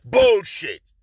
Bullshit